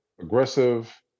aggressive